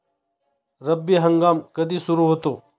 रब्बी हंगाम कधी सुरू होतो?